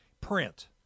print